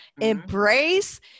Embrace